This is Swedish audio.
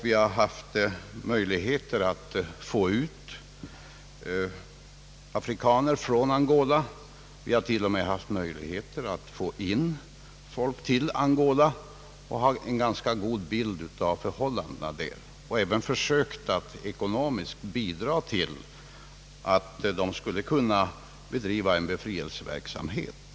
Vi har haft möjligheter att få ut afrikaner från Angola, vi har t.o.m. haft möjligheter att få in folk i Angola, och vi har en ganska god bild av förhållandena där. Vi har även försökt att ekonomiskt bidra till att folket där skulle kunna bedriva en befrielseverksamhet.